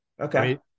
okay